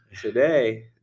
today